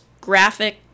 graphic